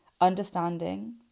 understanding